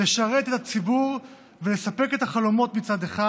לשרת את הציבור ולספק את החלומות מצד אחד,